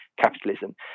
capitalism